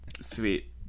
Sweet